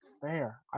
fair